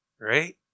Right